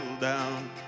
down